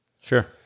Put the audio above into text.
sure